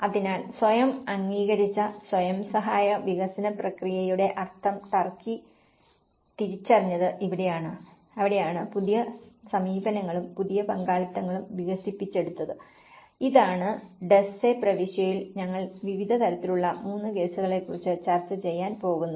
അതിനാൽ സ്വയം അംഗീകരിച്ച സ്വയം സഹായ വികസന പ്രക്രിയയുടെ അർത്ഥം ടർക്കി തിരിച്ചറിഞ്ഞത് ഇവിടെയാണ് അവിടെയാണ് പുതിയ സമീപനങ്ങളും പുതിയ പങ്കാളിത്തങ്ങളും വികസിപ്പിച്ചെടുത്തത് ഇതാണ് ഡസ്സെ പ്രവിശ്യയിൽ ഞങ്ങൾ വിവിധ തരത്തിലുള്ള 3 കേസുകളെക്കുറിച്ചു ചർച്ച ചെയ്യാൻ പോകുന്നത്